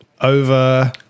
over